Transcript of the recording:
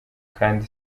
kandi